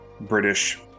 British